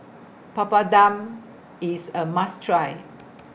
Papadum IS A must Try